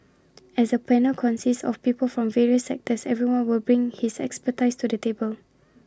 as the panel consists of people from various sectors everyone will bring his expertise to the table